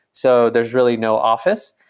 so there's really no office,